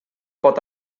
pot